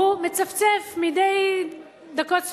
הוא מצפצף מדי דקות ספורות,